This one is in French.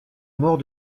mort